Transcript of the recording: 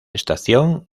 estación